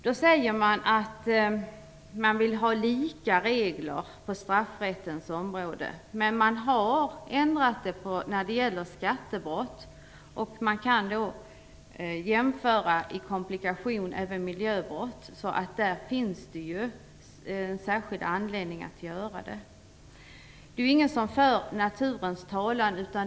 Utskottet säger att reglerna skall vara lika på straffrättens område. Men reglerna har ändrats för skattebrott. Dessa kan jämföras med miljöbrott vad gäller komplikationer. Det finns alltså en särskild anledning att förlänga preskriptionstiden. Det är ingen som för naturens talan.